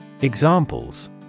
Examples